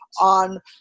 on